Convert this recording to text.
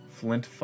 Flint